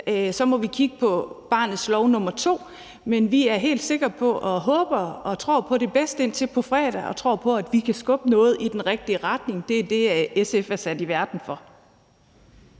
så må kigge på barnets lov nummer to. Men vi er helt sikre på og håber og tror på det bedste indtil på fredag, og vi tror på, at vi kan skubbe noget i den rigtige retning. Det er det, SF er sat i verden for.